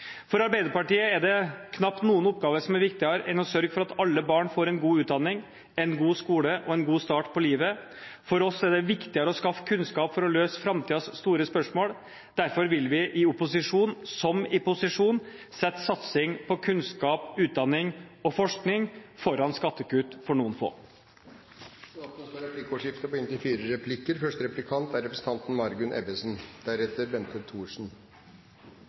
For Arbeiderpartiet er det knapt noen oppgave som er viktigere enn å sørge for at alle barn får en god utdanning i en god skole og en god start på livet. For oss er det viktigere å skaffe kunnskap for å løse framtidens store spørsmål. Derfor vil vi i opposisjon, som i posisjon, sette satsing på kunnskap, utdanning og forskning foran skattekutt for noen få. Det blir replikkordskifte. Regjeringen bygger sin politikk på et robust politi som er